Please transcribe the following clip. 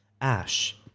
ash